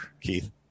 Keith